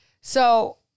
So-